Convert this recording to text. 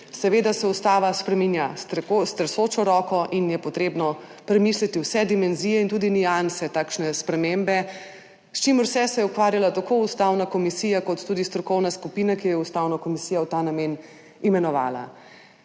Seveda se ustava spreminja s tresočo roko in je potrebno premisliti vse dimenzije in tudi nianse takšne spremembe. Z vsem tem sta se ukvarjali tako Ustavna komisija kot tudi strokovna skupina, ki jo je Ustavna komisija v ta namen imenovala.